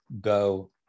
go